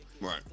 Right